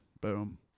Boom